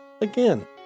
Again